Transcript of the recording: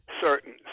certain